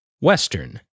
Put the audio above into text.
Western